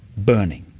burning.